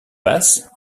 passes